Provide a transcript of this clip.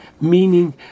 meaning